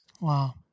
Wow